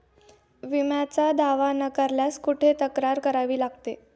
विम्याचा दावा नाकारल्यास कुठे तक्रार करावी लागते?